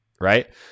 right